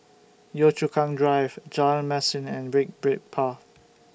Yio Chu Kang Drive Jalan Mesin and Brick Brick Path